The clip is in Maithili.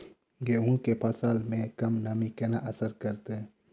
गेंहूँ केँ फसल मे कम नमी केना असर करतै?